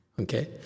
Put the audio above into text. okay